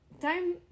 time